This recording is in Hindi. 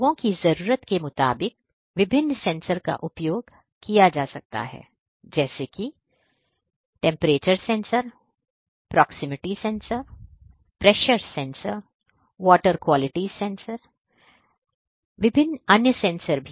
उद्योगों की जरूरत के मुताबिक विभिन्न सेंसर का उपयोग किया जा सकता है जेसे की जैसे temperature sensor proximity sensor pressure sensor water quality sensor जैसे विभिन्न अन्य सेंसर